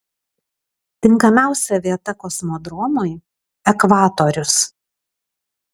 tinkamiausia vieta kosmodromui ekvatorius